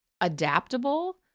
adaptable